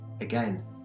again